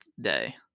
day